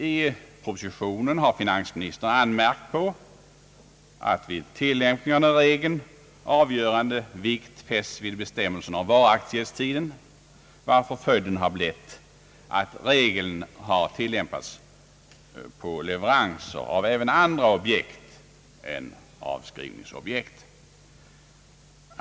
I propositionen har finansministern anmärkt på att vid tillämpning av regeln avgörande vikt fästs vid bestämmelsen om varaktighetstiden, varför följden har blivit att regeln har tillämpats på leveranser av även andra objekt än avskrivningsobjekt.